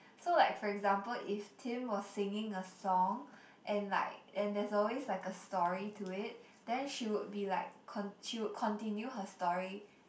so like for example if Tim was singing a song and like and there's always like a story to it then she would be like con~ she'll continue her story